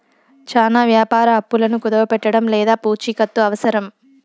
చానా వ్యాపార అప్పులను కుదవపెట్టడం లేదా పూచికత్తు అవసరం